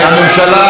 הממשלה,